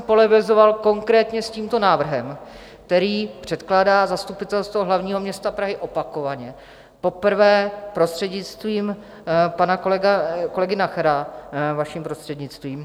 Polemizoval jsem konkrétně s tímto návrhem, který předkládá Zastupitelstvo hlavního města Prahy opakovaně, poprvé prostřednictvím pana kolegy Nachera, vaším prostřednictvím.